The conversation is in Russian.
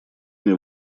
мне